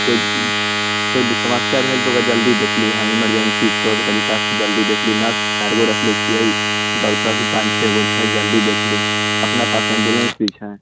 कोइ कोइ भी समस्या भेल तऽ ओकरा हम जल्दी देखलियै इमर्जेंसी तौर तरीका से जल्दी देखली नर्स चारिगो रखले छियै डॉक्टर भी पाँच छओगो छै जल्दी देखली अपना पास एम्बुलेन्स भी छै